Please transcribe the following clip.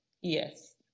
Yes